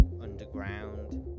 underground